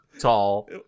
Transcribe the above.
Tall